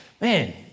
man